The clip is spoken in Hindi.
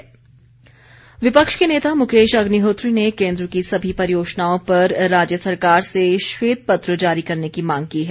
मुकेश अग्निहोत्री विपक्ष के नेता मुकेश अग्निहोत्री ने केंद्र की सभी परियोजनाओं पर राज्य सरकार से श्वेत पत्र जारी करने की मांग की है